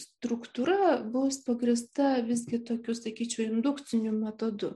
struktūra bus pagrįsta visgi tokiu sakyčiau indukciniu metodu